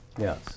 Yes